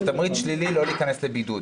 זה תמריץ שלילי לא להיכנס לבידוד.